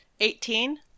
Eighteen